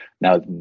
Now